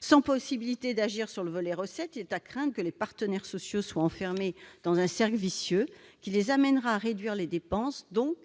Sans possibilité d'agir sur le volet « recettes », il est à craindre que les partenaires sociaux ne soient enfermés dans un cercle vicieux, qui les amènera à réduire les dépenses, donc